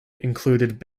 included